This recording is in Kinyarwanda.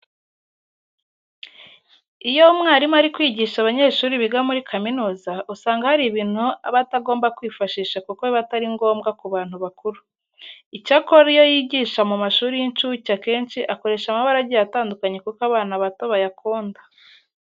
Iyo umwarimu ari kwigisha abanyeshuri biga muri kaminuza usanga hari ibintu aba atagomba kwifashisha kuko biba bitari ngombwa ku bantu bakuru. Icyakora iyo yigisha mu mashuri y'incuke, akenshi akoresha amabara agiye atandukanye kuko abana bato bayakunda.